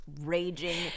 raging